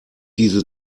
diese